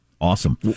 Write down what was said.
Awesome